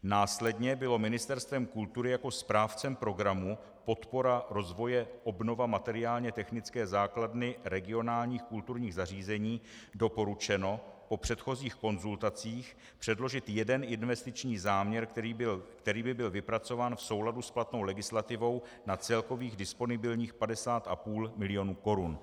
Následně bylo Ministerstvem kultury jako správcem programu Podpora rozvoje obnova materiálně technické základny regionálních kulturních zařízení doporučeno po předchozích konzultacích předložit jeden investiční záměr, který by byl vypracován v souladu s platnou legislativou na celkových disponibilních 50,5 milionu korun.